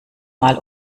mal